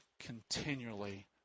continually